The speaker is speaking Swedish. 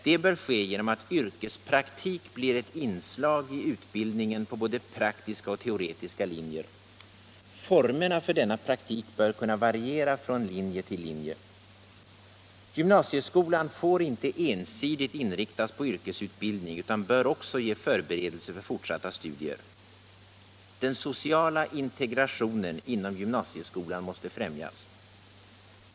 Det bör ske genom att yrkespraktik blir ett inslag i utbildningen på både praktiska och teoretiska linjer. Formerna för denna praktik bör kunna variera från linje till linje. Den sociala integrationen inom gymnasieskolan måste främjas.